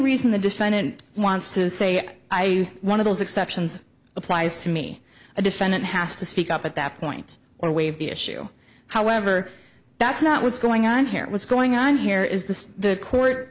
reason the defendant wants to say i one of those exceptions applies to me a defendant has to speak up at that point or waive the issue however that's not what's going on here what's going on here is the court